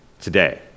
today